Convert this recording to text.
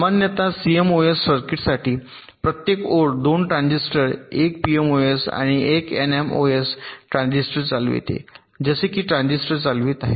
सामान्यत सीएमओएस सर्किटसाठी प्रत्येक ओळ 2 ट्रान्झिस्टर 1 पीएमओएस आणि 1 एनएमओएस चालविते जसे की 2 ट्रान्झिस्टर चालवित आहेत